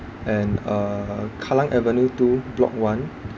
and uh kallang avenue two block one